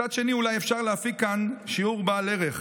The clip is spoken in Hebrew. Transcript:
מצד שני, אולי אפשר להפיק כאן שיעור בעל ערך: